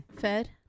Fed